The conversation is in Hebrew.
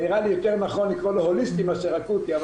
נראה לי יותר נכון לקרוא לו הוליסטי מאשר אקוטי.